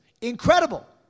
Incredible